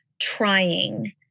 trying